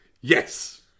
Yes